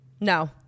No